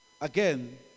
again